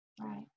right